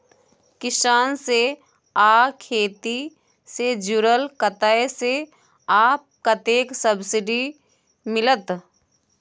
किसान से आ खेती से जुरल कतय से आ कतेक सबसिडी मिलत?